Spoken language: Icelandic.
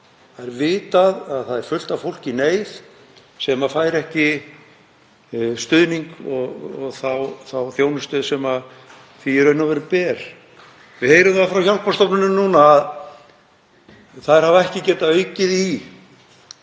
það er vitað að það er fullt af fólki í neyð sem fær ekki stuðning og þá þjónustu sem því ber í raun og veru? Við heyrum það frá hjálparstofnunum núna að þær hafa ekki getað aukið í.